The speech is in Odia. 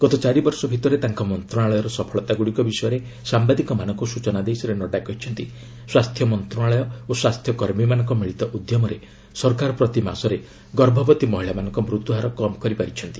ଗତ ଚାରିବର୍ଷ ଭିତରେ ତାଙ୍କ ମନ୍ତଶାଳୟର ସଫଳତାଗୁଡ଼ିକ ବିଷୟରେ ସାମ୍ବାଦିକମାନଙ୍କୁ ସୂଚନା ଦେଇ ଶ୍ରୀ ନଡ୍ଗା କହିଛନ୍ତି ସ୍ୱାସ୍ଥ୍ୟ ମନ୍ତଶାଳୟ ଓ ସ୍ୱାସ୍ଥ୍ୟକର୍ମୀମାନଙ୍କ ମିଳିତ ଉଦ୍ୟମରେ ସରକାର ପ୍ରତି ମାସରେ ଗର୍ଭବତୀ ମହିଳାମାନଙ୍କ ମୃତ୍ୟୁହାର କମ୍ କରି ପାରିଛନ୍ତି